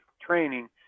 training